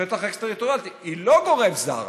שטח אקס-טריטוריאלי, היא לא גורם זר,